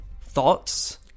Thoughts